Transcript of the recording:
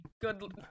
Good